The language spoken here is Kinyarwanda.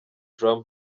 drama